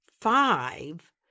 five